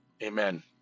Amen